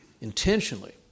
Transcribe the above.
Intentionally